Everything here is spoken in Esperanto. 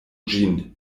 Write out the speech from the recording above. ĝin